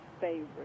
favorite